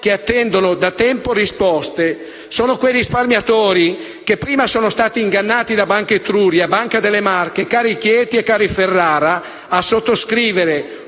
che attendono da tempo risposte. Sono quei risparmiatori che prima sono stati ingannati da Banca Etruria, Banca delle Marche, Carichieti e Cariferrara a sottoscrivere